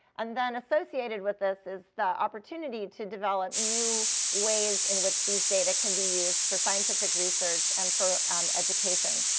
and then associated with this is the opportunity to develop new ways in which these data can be used for scientific research and for education.